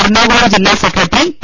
എറണാകുളം ജില്ലാ secretary P